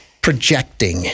Projecting